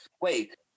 wait